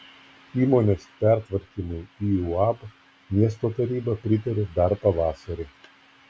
įmonės pertvarkymui į uab miesto taryba pritarė dar pavasarį